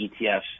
ETFs